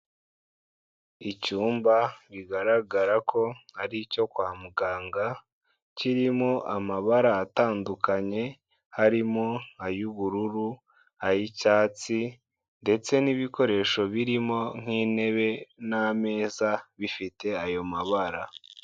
Icyumba bigaragara ko ari icyo kwa muganga, kirimo amabara atandukanye, harimo ay'ubururu, ay'icyatsi ndetse n'ibikoresho birimo nk'intebe n'ameza bifite ayo mabara.